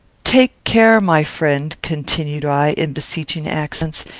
take care, my friend, continued i, in beseeching accents,